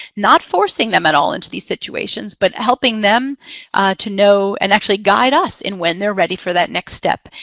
not forcing them at all into these situations, but helping them to know and actually guide us in when they're ready for that next step.